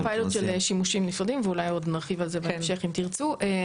זה פיילוט של שימושים נפרדים ואולי עוד נרחיב על זה בהמשך אם תרצו.